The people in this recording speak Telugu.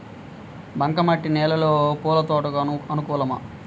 బంక మట్టి నేలలో పూల తోటలకు అనుకూలమా?